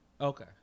Okay